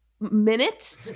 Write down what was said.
minute